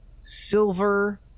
silver